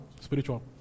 spiritual